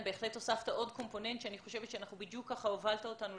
בהחלט הוספת עוד קומפוננט שאני חושבת שבדיוק הובלת אותנו